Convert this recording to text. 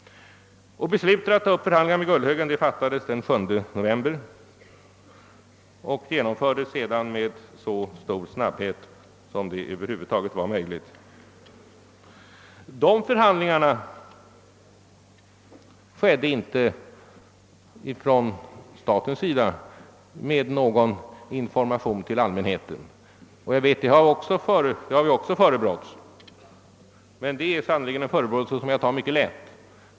Beslutet att ta upp förhandlingar med Gullhögen fattades den 7 november, och dessa förhandlingar genomfördes sedan med största möjliga snabbhet. Man har förebrått oss för att förhandlingarna från statens sida fördes utan information till allmänheten, men det är en förebråelse som jag tar mycket lätt.